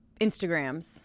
Instagrams